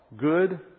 good